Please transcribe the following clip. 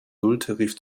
nulltarif